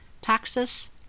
Taxes